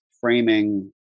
framing